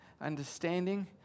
understanding